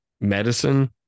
medicine